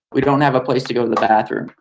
we don't have a place to go to the bathroom.